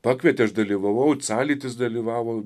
pakvietė aš dalyvavau zalytis dalyvavo